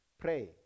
Pray